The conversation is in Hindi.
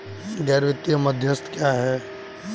गैर वित्तीय मध्यस्थ क्या हैं?